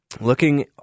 looking